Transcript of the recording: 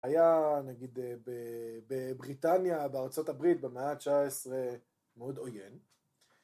‫היה, נגיד, בבריטניה, ‫בארה״ב, במאה ה-19, מאוד עויין.